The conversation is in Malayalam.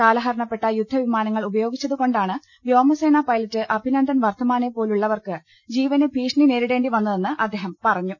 കാലഹരണപ്പെട്ട യുദ്ധവിമാനങ്ങൾ ഉപയോഗിച്ചതു കൊണ്ടാണ് വ്യോമസേനാ പൈലറ്റ് അഭിനന്ദൻ വർധമാനെ പോലുള്ളവർക്ക് ജീവന് ഭീഷണി നേരിടേണ്ടി വന്നതെന്ന് അദ്ദേഹം പറഞ്ഞു